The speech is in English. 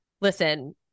listen